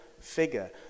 figure